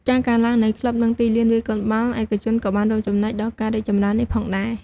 ការកើនឡើងនៃក្លឹប និងទីលានវាយកូនបាល់ឯកជន ក៏បានរួមចំណែកដល់ការរីកចម្រើននេះផងដែរ។